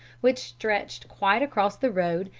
which stretched quite across the road,